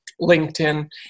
LinkedIn